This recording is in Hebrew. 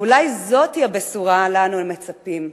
אולי זאת הבשורה שאנו מצפים לה,